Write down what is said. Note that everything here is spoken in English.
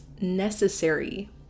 necessary